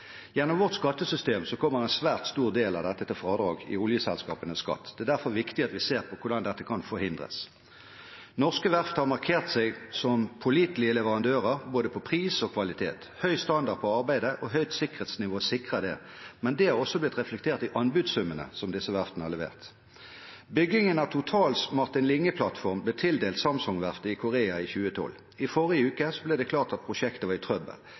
Gjennom vårt skattesystem kommer en svært stor del av dette til fradrag i oljeselskapenes skatt. Det er derfor viktig at vi ser på hvordan dette kan forhindres. Norske verft har markert seg som pålitelige leverandører på både pris og kvalitet. Høy standard på arbeidet og høyt sikkerhetsnivå sikrer det. Men det har også blitt reflektert i anbudssummene som disse verftene har levert. Byggingen av Totals Martin Linge-plattform ble tildelt Samsung-verftet i Korea i 2012. I forrige uke ble det klart at prosjektet var i trøbbel.